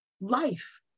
life